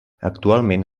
actualment